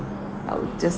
I'll just